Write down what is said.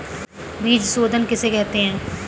बीज शोधन किसे कहते हैं?